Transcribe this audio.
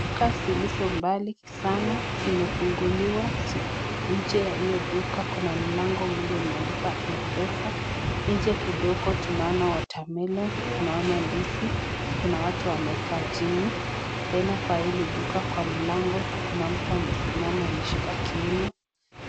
Duka zilizo mbali sana zimefunguliwa, nje ya hiyo duka kuna mlango moja imeandikwa mpesa, nje kidogo tunaona watermelon ,tunaona ndizi, kuna watu wamekaa chini. Tena kwa hili duka kwa mlango kuna mtu amesimama ameshika kiuno,